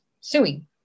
suing